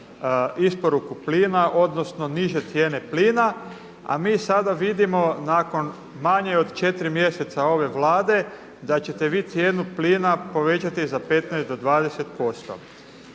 isporuku plina odnosno niže cijene plina. A mi sada vidimo nakon manje od 4 mjeseca ove Vlade da ćete vi cijenu plina povećati za 15 do 20%.